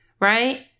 right